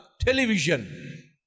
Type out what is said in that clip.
television